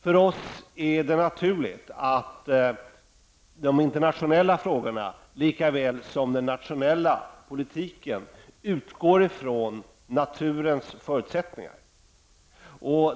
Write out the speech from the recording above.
För oss är det naturligt att de internationella frågorna likaväl som den nationella politiken utgår i från naturens förutsättningar.